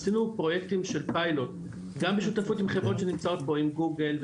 עשינו פרויקטים של פיילוט גם בשותפות עם חברות שנמצאות פה עם גוגל,